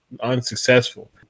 unsuccessful